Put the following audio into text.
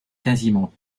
quasiment